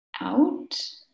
out